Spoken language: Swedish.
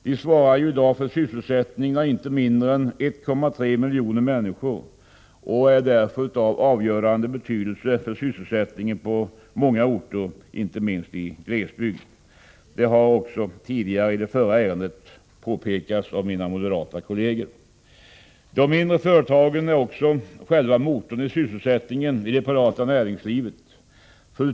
Dessa svarar i dag för inte mindre än 1,3 miljoner människors sysselsättning och är därför av avgörande betydelse för sysselsättningen på många orter, inte minst i glesbygd. Det har påpekats i samband med det förra ärendet av mina moderata kollegor. De mindre företagen är också själva motorn när det gäller sysselsättningen i det privata näringslivet.